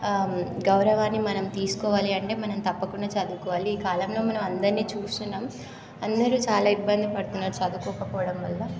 గౌరవాన్ని మనం తీసుకోవాలి అంటే మనం తప్పకుండా చదువుకోవాలి ఈ కాలంలో మనం అందర్నీ చూస్తున్నాం అందరూ చాలా ఇబ్బంది పడుతున్నారు చదువుకోకపోవడం వల్ల